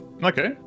okay